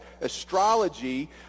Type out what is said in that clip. astrology